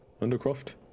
Undercroft